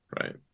Right